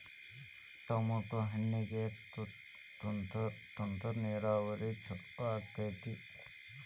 Tomato ಹಣ್ಣಿಗೆ ತುಂತುರು ನೇರಾವರಿ ಛಲೋ ಆಕ್ಕೆತಿ?